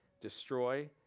destroy